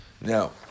Now